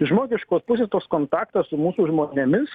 iš žmogiškos pusės tos kontakto su mūsų žmonėmis